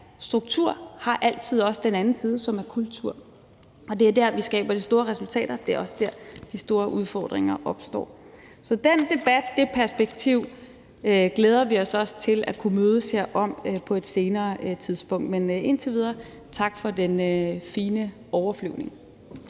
struktur har altid også den anden side, som er kultur, og det er der, vi skaber de store resultater; det er også der, de store udfordringer opstår. Så den debat, det perspektiv glæder vi os også til at kunne mødes om her på et senere tidspunkt. Men indtil videre tak for den fine overflyvning.